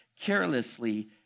carelessly